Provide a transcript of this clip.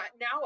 now